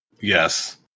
Yes